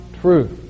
truth